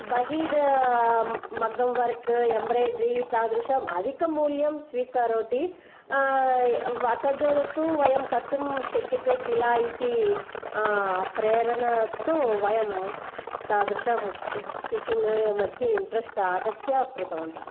बहिर् मगं work embroidery तादृशम् अधिकमूल्यं स्वीकरोति तत्तु वयं कर्तुं शक्यते किल इति प्रेरणा तु वयं तादृशं स्टिचिङ्ग् मध्ये इन्ट्रेस्ट् आगत्य कृतवन्तः